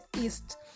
east